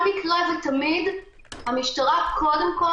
צריך להבין שזו היכולת של הכלי, הכלי הזה הוא כלי